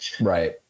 Right